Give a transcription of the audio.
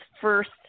first